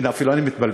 הנה, אפילו אני מתבלבל.